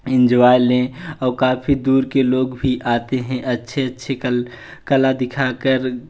enjoy लें और काफी दूर के लोग भी आते हैं अच्छे अच्छे कल कला दिखाकर